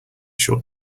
short